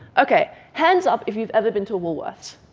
okay. hands up if you've ever been to woolworths.